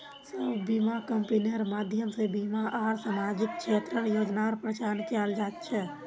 सब बीमा कम्पनिर माध्यम से बीमा आर सामाजिक क्षेत्रेर योजनार प्रचार कियाल जा छे